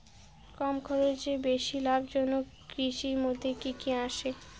কম খরচে বেশি লাভজনক কৃষির মইধ্যে কি কি আসে?